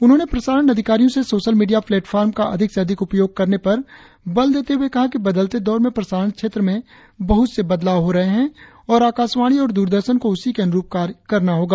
उन्होंने प्रसारण अधिकारियों से सोशल मीडिया प्लेटफॉर्म का अधिक से अधिक उपयोग करने पर बल देते हुए कहा कि बदलते दौर में प्रसारण क्षेत्र में बहुत से बदलाव हो रहे है और आकाशवाणी और दूरदर्शन को उसी के अनुरुप कार्य करना होगा